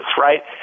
right